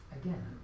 again